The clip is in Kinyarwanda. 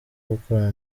gukorana